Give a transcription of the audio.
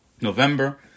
November